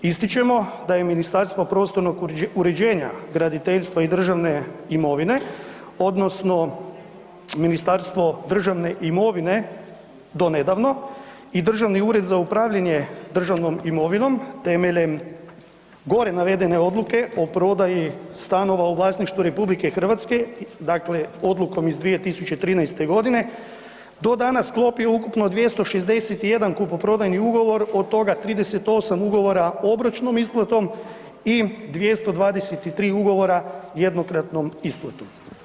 Ističemo da je Ministarstvo prostornog uređenja, graditeljstva i državne imovine odnosno Ministarstvo državne imovine donedavno i Državni ured za upravljanje državnom imovinom temeljem gore navedene odluke o prodaji stanova u vlasništvu RH, dakle, odlukom iz 2013. g. do danas sklopio ukupno 261 kupoprodajni ugovor, od toga 38 ugovora o obročnom isplatom i 223 ugovora jednokratnom isplatom.